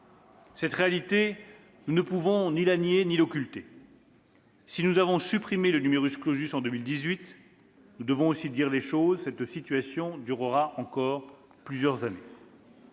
Cette réalité, nous ne pouvons ni la nier ni l'occulter. Si nous avons supprimé le en 2018, nous devons aussi dire les choses : cette situation durera encore plusieurs années.